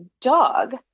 dog